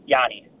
Yanni